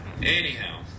Anyhow